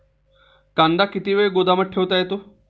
कांदा किती वेळ गोदामात ठेवता येतो?